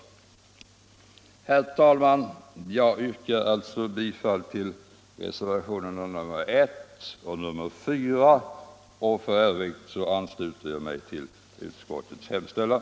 Herr talman! Jag yrkar alltså bifall till reservationerna 1 och 4. I övrigt ansluter jag mig till utskottets hemställan.